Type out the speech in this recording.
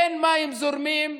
אין מים זורמים.